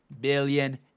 billion